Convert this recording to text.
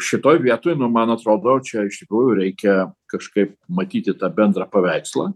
šitoj vietoj nu man atrodo čia iš tikrųjų reikia kažkaip matyti tą bendrą paveikslą